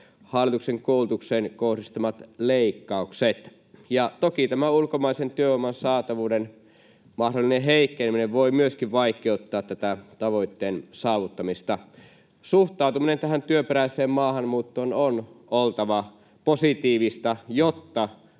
hallituksen koulutukseen kohdistamat leikkaukset. Toki tämä ulkomaisen työvoiman saatavuuden mahdollinen heikkeneminen voi myöskin vaikeuttaa tätä tavoitteen saavuttamista. Suhtautumisen työperäiseen maahanmuuttoon on oltava positiivista, jotta